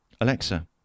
Alexa